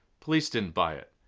police didn't buy it.